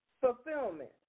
fulfillment